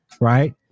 Right